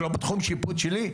שהוא לא בתחום שיפוט שלי?